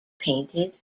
painted